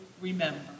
remember